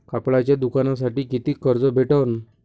कापडाच्या दुकानासाठी कितीक कर्ज भेटन?